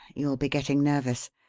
you will be getting nervous.